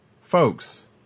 folks